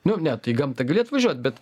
nu ne tai į gamtą gali atvažiuot bet